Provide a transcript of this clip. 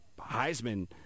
Heisman